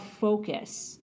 focus